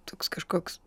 toks kažkoks